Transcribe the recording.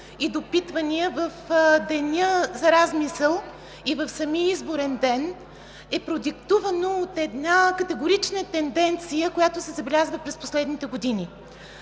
и допитвания в деня за размисъл и в самия изборен ден е продиктувано от една категорична тенденция, която се забелязва през последните години